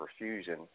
perfusion